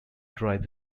drive